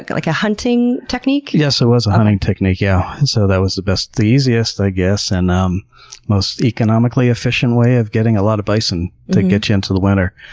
like, a hunting technique? yes, it was a hunting technique. yeah and so that was the best, the easiest, i guess, and um most economically efficient way of getting a lot of bison to get you into the winter.